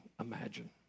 imagine